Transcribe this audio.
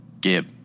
Gib